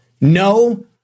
no